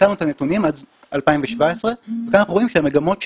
עדכנו את הנתונים עד 2017 וכאן אנחנו רואים שהמגמות שהיו,